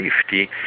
safety